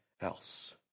else